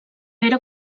era